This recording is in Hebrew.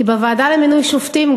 כי בוועדה למינוי שופטים,